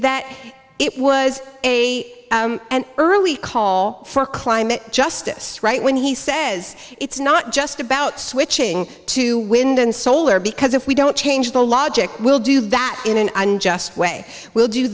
that it was a early call for climate justice right when he says it's not just about switching to wind and solar because if we don't change the logic we'll do that in an unjust way we'll do